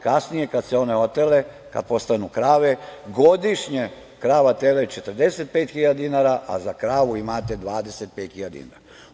Kasnije kad se one otele, kad postanu krave, godišnje krava, tele, 45.000 dinara, a za kravu imate 25.000 dinara.